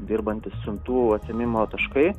dirbantys siuntų atsiėmimo taškai